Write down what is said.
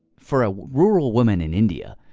for a rural woman in india,